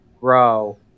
grow